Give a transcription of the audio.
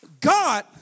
God